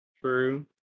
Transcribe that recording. True